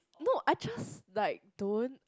no I just like don't